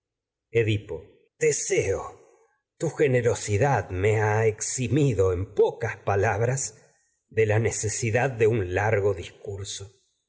edipo teseo tu generosidad me ha eximido en po cas palabras de la necesidad de un largo discurso